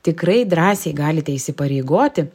tikrai drąsiai galite įsipareigoti